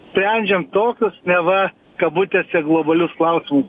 sprendžiam tokius neva kabutėse globalius klausimus